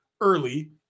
early